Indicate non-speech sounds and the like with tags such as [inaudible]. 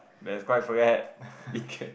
there's quite forget [laughs] okay